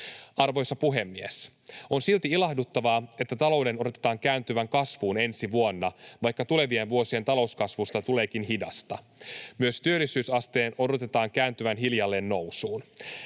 Arvoisa puhemies! On silti ilahduttavaa, että talouden odotetaan kääntyvän kasvuun ensi vuonna, vaikka tulevien vuosien talouskasvusta tuleekin hidasta. Myös työllisyysasteen odotetaan kääntyvän hiljalleen nousuun.